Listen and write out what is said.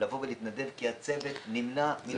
לבוא ולהתנדב כי הצוות נמנע מלטפל בחולים.